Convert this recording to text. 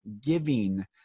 giving